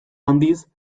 handiz